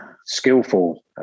skillful